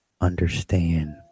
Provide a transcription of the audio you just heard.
understand